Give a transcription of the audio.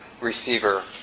receiver